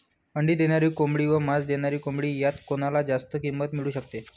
अंडी देणारी कोंबडी व मांस देणारी कोंबडी यात कोणाला जास्त किंमत मिळू शकते?